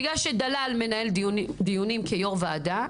בגלל שדלאל מנהל דיונים כיו"ר ועדה,